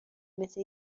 مثل